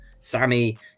sammy